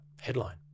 headline